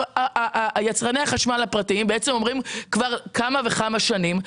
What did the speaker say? יצרני החשמל הפרטיים אומרים כבר כמה וכמה שנים,